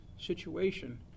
situation